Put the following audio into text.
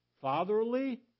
fatherly